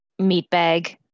meatbag